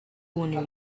only